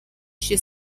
she